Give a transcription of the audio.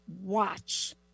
watch